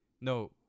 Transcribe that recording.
no